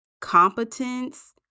competence